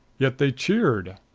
yet they cheered!